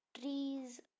trees